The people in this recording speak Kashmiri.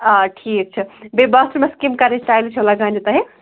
آ ٹھیٖک چھِ بیٚیہِ باتھ روٗمَس کیٚمہِ کَلرٕچ ٹایلہٕ چھِ لگاونہِ تۄہہِ